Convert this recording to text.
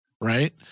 Right